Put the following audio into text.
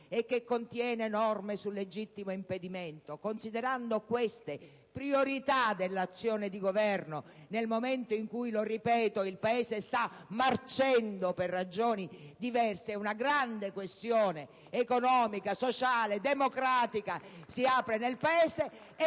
e che contiene norme sul legittimo impedimento, considerandole priorità dell'azione di governo, nel momento in cui - lo ripeto - il Paese sta marcendo per ragioni diverse e una grande questione economica, sociale, democratica si apre nel Paese.